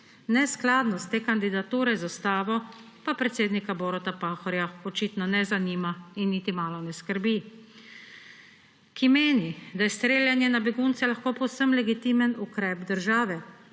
Neskladnost te kandidature z ustavo pa predsednika Boruta Pahorja ne zanima in niti malo ne skrbi, ki meni, da je streljanje na begunce lahko povsem legitimen ukrep države,